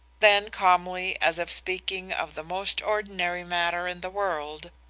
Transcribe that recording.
then calmly, as if speaking of the most ordinary matter in the world,